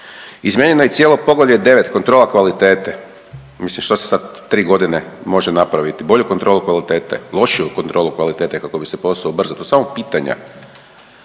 Izmijenjeno je cijelo poglavlje 9. kontrola kvalitete. Mislim što se sad tri godine može napraviti bolju kontrolu kvalitete, lošiju kontrolu kvalitete kako bi se posao brzo, to su samo pitanja.